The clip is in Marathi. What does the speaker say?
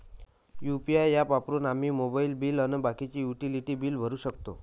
यू.पी.आय ॲप वापरून आम्ही मोबाईल बिल अन बाकीचे युटिलिटी बिल भरू शकतो